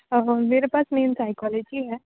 میرے پاس main psychology ہے